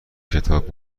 کتاب